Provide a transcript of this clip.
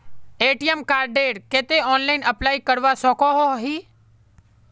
ATM कार्डेर केते online apply करवा सकोहो ही?